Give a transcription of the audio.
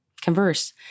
converse